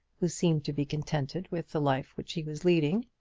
who seemed to be contented with the life which he was leading.